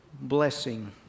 blessing